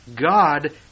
God